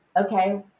Okay